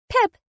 Pip